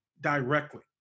directly